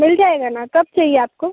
मिल जाएगा ना कब चाहिए आपको